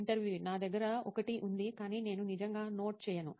ఇంటర్వ్యూఈ నా దగ్గర ఒకటి ఉంది కాని నేను నిజంగా నోట్ చేయను